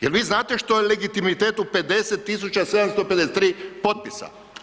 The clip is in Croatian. Je li vi znate što je legitimitet u 50 753 potpisa?